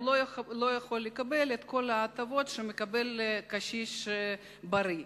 הוא לא יכול לקבל את כל ההטבות שמקבל קשיש בריא.